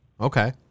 Okay